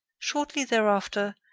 shortly thereafter,